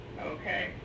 Okay